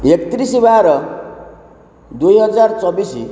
ଏକତିରିଶ ବାର ଦୁଇ ହଜାର ଚବିଶ